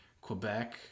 Quebec